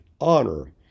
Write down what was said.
honor